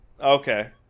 Okay